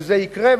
וזה יקרה,